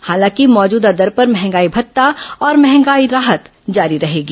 हालांकि मौजूदा दर पर मंहगाई भत्ता और मंहगाई राहत जारी रहेगी